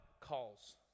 calls